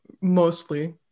mostly